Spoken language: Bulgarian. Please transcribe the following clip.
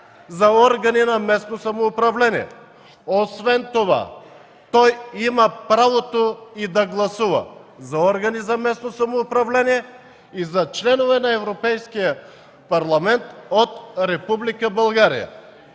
за органи на местно самоуправление. Освен това, той има правото и да гласува за органи за местно самоуправление и за членове на Европейския парламент от